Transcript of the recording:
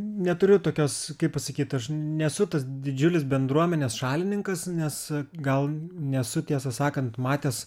neturiu tokios kaip pasakyt aš nesu tas didžiulis bendruomenės šalininkas nes gal nesu tiesą sakant matęs